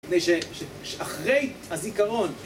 מפני ש... אחרי הזיכרון...